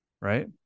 right